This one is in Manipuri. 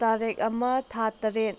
ꯇꯥꯔꯤꯛ ꯑꯃ ꯊꯥ ꯇꯔꯦꯠ